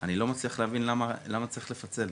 אני לא מצליח להבין למה צריך לפצל?